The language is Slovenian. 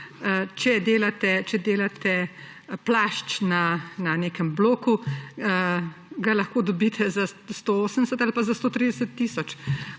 Če delate plašč na nekem bloku, ga lahko dobite za 180 ali pa za 130 tisoč,